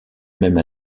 même